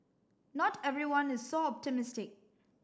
not everyone is so optimistic